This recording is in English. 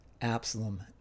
Absalom